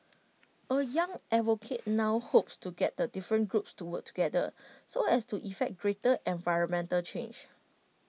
A young advocate now hopes to get the different groups to work together so as to effect greater environmental change